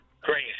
crazy